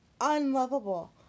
unlovable